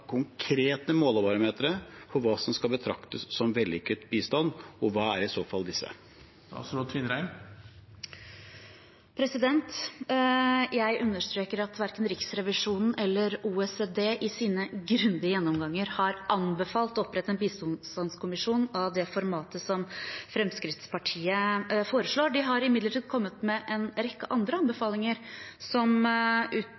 så fall disse? Jeg understreker at verken Riksrevisjonen eller OECD i sine grundige gjennomganger har anbefalt å opprette en bistandskommisjon av det formatet som Fremskrittspartiet foreslår. De har imidlertid kommet med en rekke andre